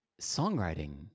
songwriting